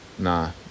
Nah